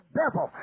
devil